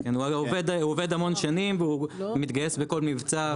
עובד המון שנים ומתגייס בכל מבצע.